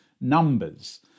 Numbers